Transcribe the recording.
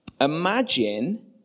Imagine